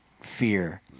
fear